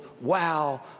wow